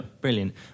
Brilliant